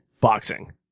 boxing